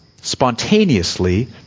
spontaneously